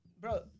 Bro